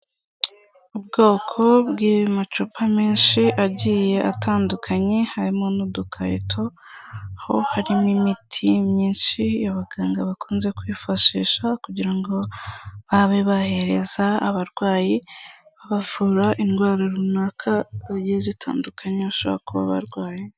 Ubwoko bw'amacupa menshi agiye atandukanye harimo n'udukarito, aho harimo imiti myinshi abaganga bakunze kwifashisha, kugira ngo babe bahereza abarwayi babavura indwara runaka zigiye zitandukanye bashobora kuba barwaye,...